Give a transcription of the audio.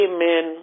Amen